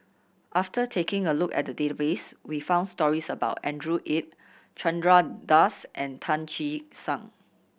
after taking a look at the database we found stories about Andrew Yip Chandra Das and Tan Che Sang